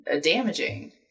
damaging